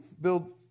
build